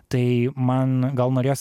tai man gal norėjos